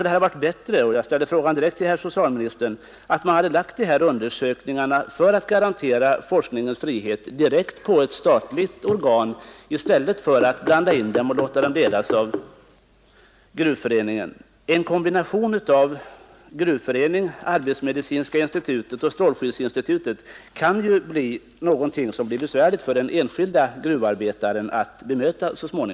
Hade det varit bättre — jag ställer frågan direkt till herr socialministern — om man för att garantera forskningens frihet hade förlagt de här forskningarna till ett statligt organ i stället för att låta dem ledas av Gruvföreningen? En kombination av Gruvföreningen, arbetsmedicinska institutet och strålskyddsinstitutet kan ju bli en enhet både på gott och på ont för den enskilde gruvarbetaren.